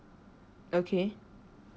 okay